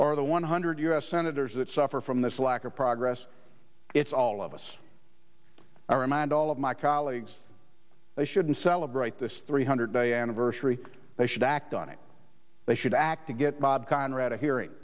or the one hundred us senators that suffer from this lack of progress it's all of us i remind all of my colleagues they shouldn't celebrate this three hundred diana virtually they should act on it they should act to get bob conrad a hearing